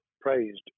praised